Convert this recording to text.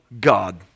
God